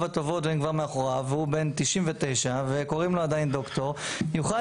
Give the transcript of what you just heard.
הטובות והן כבר מאחוריו והוא בן 99 וקוראים לו עדיין דוקטור יוכל